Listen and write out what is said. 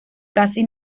casi